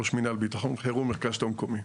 ראש מנהל ביטחון ותפקידים מיוחדים,